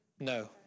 No